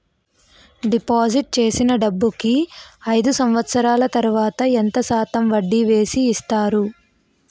Deposit చేసిన డబ్బుకి అయిదు సంవత్సరాల తర్వాత ఎంత శాతం వడ్డీ వేసి ఇస్తారు?